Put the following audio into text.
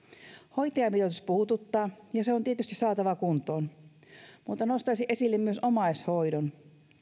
hoitajamitoitus puhututtaa ja se on tietysti saatava kuntoon mutta nostaisin esille myös omaishoidon